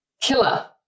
killer